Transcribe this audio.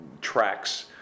tracks